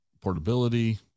portability